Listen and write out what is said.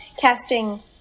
casting